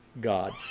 God